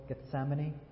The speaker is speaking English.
Gethsemane